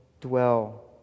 dwell